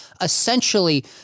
essentially